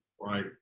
right